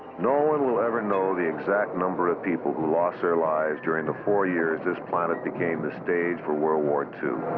no one will ever know the exact number of people who lost their lives during the four years this planet became the stage for world war ii.